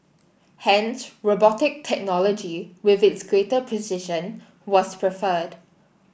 hence robotic technology with its greater precision was preferred